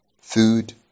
food